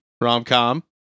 rom-com